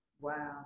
Wow